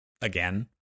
Again